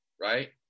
Right